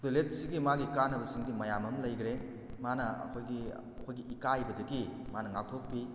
ꯇꯣꯏꯂꯦꯠꯁꯤꯒꯤ ꯃꯥꯒꯤ ꯀꯥꯟꯅꯕꯁꯤꯡꯗꯤ ꯃꯌꯥꯝ ꯑꯃ ꯂꯩꯈ꯭ꯔꯦ ꯃꯥꯅ ꯑꯩꯍꯣꯏꯒꯤ ꯑꯩꯈꯣꯏꯒꯤ ꯏꯀꯥꯏꯕꯗꯒꯤ ꯃꯥꯅ ꯉꯥꯛꯊꯣꯛꯄꯤ